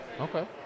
Okay